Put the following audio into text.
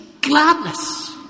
gladness